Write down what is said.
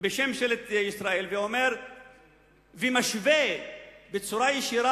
בשם ממשלת ישראל ומשווה בצורה ישירה